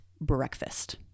breakfast